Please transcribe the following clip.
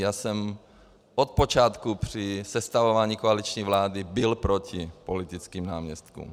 Já jsem od počátku při sestavování koaliční vlády byl proti politickým náměstkům.